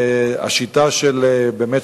השיטה באמת,